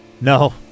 No